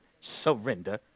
surrender